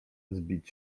zbić